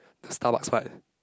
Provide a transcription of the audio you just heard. the Starbucks fight